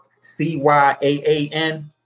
C-Y-A-A-N